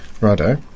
Righto